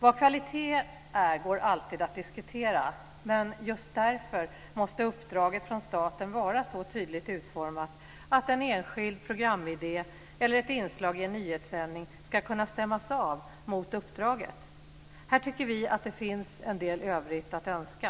Vad kvalitet är går alltid att diskutera, men just därför måste uppdraget från staten vara så tydligt utformat att en enskild programidé eller ett inslag i en nyhetssändning ska kunna stämmas av mot uppdraget. Här tycker vi att det finns en del övrigt att önska.